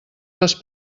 les